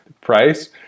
price